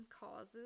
causes